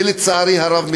ולצערי הרב,